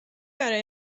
برای